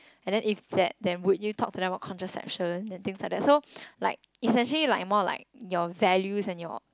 and then if that then would you talk to them about contraception and things like that so like it's actually like more like your values and your